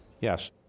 Yes